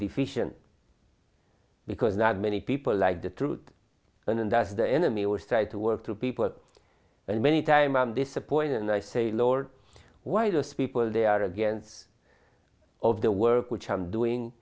deficient because not many people like the truth and as the enemy was tried to work through people and many time i am disappointed and i say lord why those people they are against of the work which i'm doing